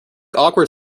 awkward